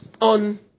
on